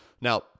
Now